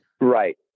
right